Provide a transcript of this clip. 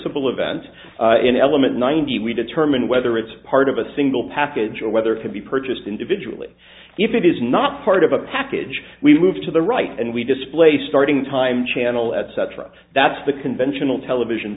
e event in element ninety we determine whether it's part of a single package or whether it could be purchased individually if it is not part of a package we move to the right and we display starting time channel etc that's the conventional television